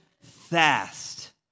fast